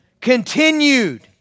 continued